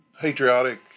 patriotic